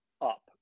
up